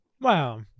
Wow